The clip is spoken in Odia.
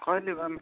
କହିଲି ବା